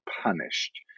punished